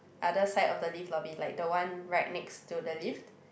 other side of the lift lobby like the one right next to the lift